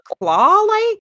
claw-like